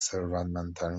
ثروتمندترین